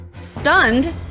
Stunned